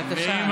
בבקשה.